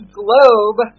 globe